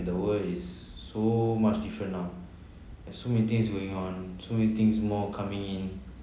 the world is so much different now and so many thing is going on so many things more coming in